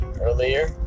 earlier